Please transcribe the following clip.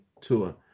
tour